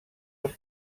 els